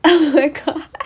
oh my god